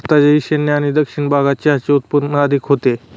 भारताच्या ईशान्य आणि दक्षिण भागात चहाचे उत्पादन अधिक होते